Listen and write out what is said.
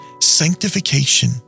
sanctification